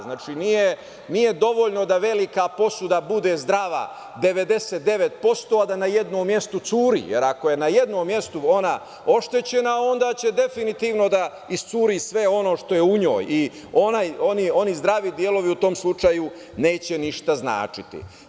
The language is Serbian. Znači, nije dovoljno da velika posuda bude zdrava 99%, a da na jednom mestu curi, jer ako je na jednom mestu ona oštećena, onda će definitivno da iscuri sve ono što je u njoj i oni zdravi delovi u tom slučaju neće ništa značiti.